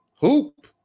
hoop